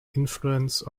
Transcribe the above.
influence